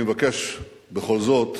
אני מבקש בכל זאת